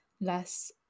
less